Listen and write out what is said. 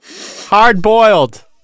Hard-boiled